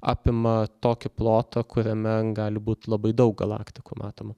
apima tokį plotą kuriame gali būti labai daug galaktikų matoma